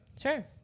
Sure